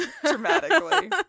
dramatically